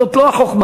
זו לא החוכמה.